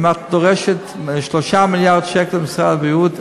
אם את דורשת 3 מיליארד שקל ממשרד הבריאות,